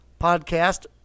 podcast